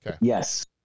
Yes